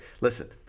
Listen